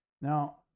Now